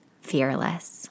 fearless